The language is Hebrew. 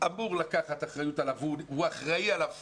אמור לקחת אחריות עליו והוא אחראי עליו פורמלית,